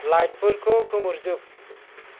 लाइटफोरखौ खोमोरजोब